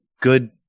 good